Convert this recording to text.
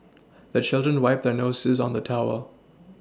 the children wipe their noses on the towel